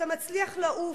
שאתה מצליח לעוף,